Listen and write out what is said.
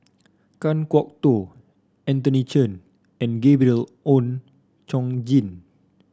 Kan Kwok Toh Anthony Chen and Gabriel Oon Chong Jin